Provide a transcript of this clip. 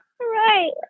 Right